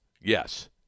yes